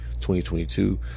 2022